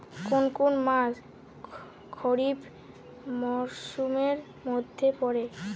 কোন কোন মাস খরিফ মরসুমের মধ্যে পড়ে?